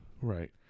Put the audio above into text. Right